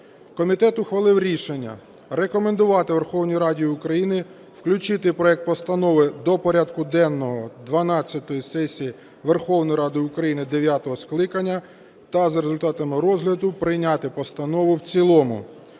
Комітет ухвалив рішення рекомендувати Верховній Раді України включити проект постанови до порядку денного дванадцятої сесії Верховної Ради України дев'ятого скликання та за результатами розгляду прийняти постанову в цілому.